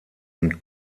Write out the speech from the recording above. und